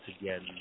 again